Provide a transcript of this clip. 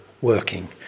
working